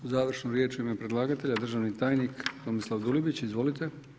Završnu riječ u ime predlagatelja, državni tajnik Tomislav Dulibić, izvolite.